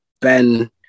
Ben